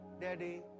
Daddy